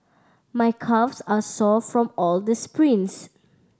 my calves are sore from all the sprints